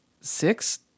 six